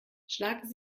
schlagen